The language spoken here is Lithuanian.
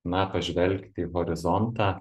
na pažvelgti į horizontą